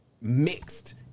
mixed